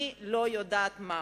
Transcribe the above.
אני לא יודעת מהו.